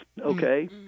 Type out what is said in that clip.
Okay